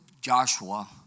Joshua